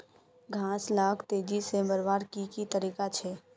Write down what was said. घास लाक तेजी से बढ़वार की की तरीका छे?